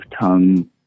tongue